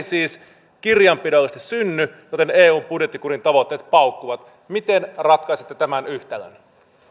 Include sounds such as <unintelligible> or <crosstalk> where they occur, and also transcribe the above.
<unintelligible> siis kirjanpidollisesti synny joten eun budjettikurin tavoitteet paukkuvat miten ratkaisette tämän yhtälön